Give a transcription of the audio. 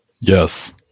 Yes